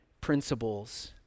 principles